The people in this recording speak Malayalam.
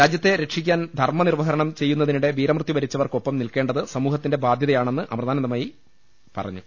രാജ്യത്തെ രക്ഷിക്കാൻ ധർമ നിർവഹണം ചെയ്യുന്നതിനിടെ വീരമൃത്യുവരിച്ചവർക്കൊപ്പം നിൽക്കേണ്ടത് സമൂഹത്തിന്റെ ബാധ്യ തയാണെന്ന് മാതാഅമൃതാനന്ദമയി പറഞ്ഞു